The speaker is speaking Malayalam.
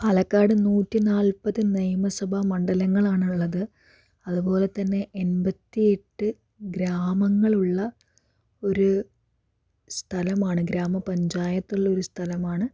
പാലക്കാട് നൂറ്റി നാല്പത് നിയമസഭ മണ്ഡലങ്ങൾ ആണുള്ളത് അതുപോലെത്തന്നെ എൺപത്തി എട്ട് ഗ്രാമങ്ങൾ ഉള്ള ഒരു സ്ഥലമാണ് ഗ്രാമപഞ്ചായത്ത് ഉള്ള ഒരു സ്ഥലമാണ്